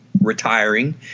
retiring